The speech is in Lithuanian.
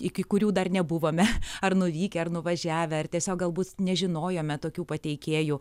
iki kurių dar nebuvome ar nuvykę ar nuvažiavę ar tiesiog galbūt nežinojome tokių pateikėjų